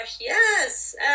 yes